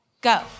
Go